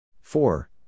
Four